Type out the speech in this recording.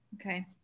Okay